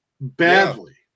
badly